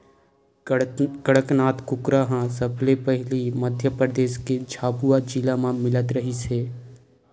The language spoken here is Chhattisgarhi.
कड़कनाथ कुकरा ह सबले पहिली मध्य परदेस के झाबुआ जिला म मिलत रिहिस हे